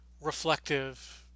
reflective